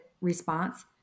response